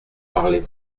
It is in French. parlez